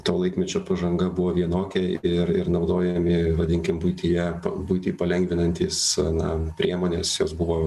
to laikmečio pažanga buvo vienokia ir ir naudojami vadinkim buityje buitį palengvinantys na priemonės jos buvo